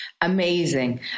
Amazing